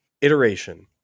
iteration